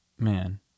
man